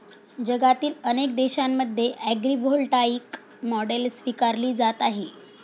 जगातील अनेक देशांमध्ये ॲग्रीव्होल्टाईक मॉडेल स्वीकारली जात आहे